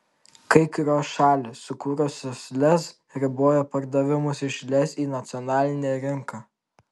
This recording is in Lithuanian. kai kurios šalys sukūrusios lez riboja pardavimus iš lez į nacionalinę rinką